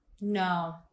No